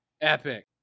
epic